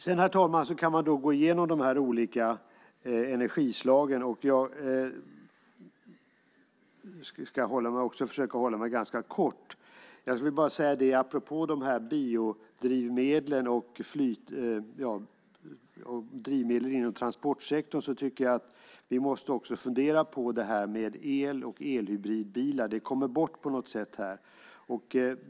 Herr talman! Man kan ju gå igenom de olika energislagen. Apropå biodrivmedlen och drivmedel inom transportsektorn måste vi fundera på el och elhybridbilar. Det kommer bort här.